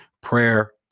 prayer